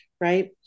right